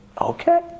okay